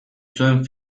zuen